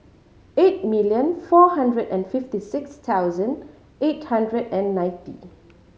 eight million four hundred and fifty six thousand eight hundred and ninety